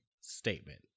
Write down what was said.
statement